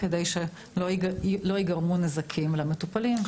כדי שלא ייגרמו נזקים למטופלים.